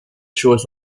shores